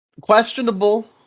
questionable